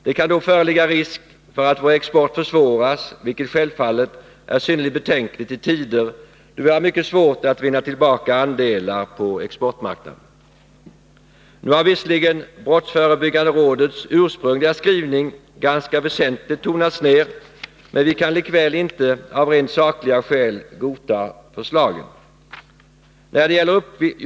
Det kan då föreligga risk för att vår export försvåras, vilket självfallet är synnerligen betänkligt i tider då vi har mycket svårt att vinna tillbaka andelar på exportmarknaden. Nu har visserligen brottsförebyggande rådets ursprungliga skrivning ganska väsentligt tonats ned, men vi kan likväl inte av rent sakliga skäl godta förslagen.